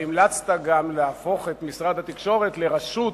אבל המלצת להפוך את משרד התקשורת לרשות.